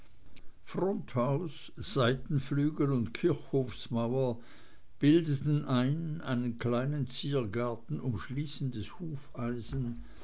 fronthaus seitenflügel und kirchhofsmauer bildeten ein einen kleinen ziergarten umschließendes hufeisen